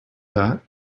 that